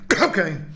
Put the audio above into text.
Okay